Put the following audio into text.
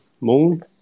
Moon